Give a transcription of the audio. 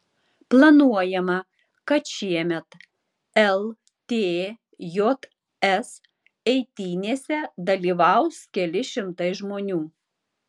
planuojama kad šiemet ltjs eitynėse dalyvaus keli šimtai žmonių